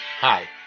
Hi